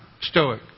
Stoic